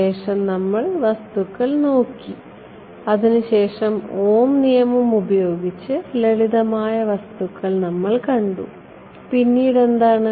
ശേഷം നമ്മൾ വസ്തുക്കൾ നോക്കി അതിനു ശേഷം ഓം നിയമം ഉപയോഗിച്ച് ലളിതമായ വസ്തുക്കൾ നമ്മൾ കണ്ടു പിന്നീട് എന്താണ്